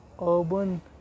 Urban